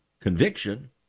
conviction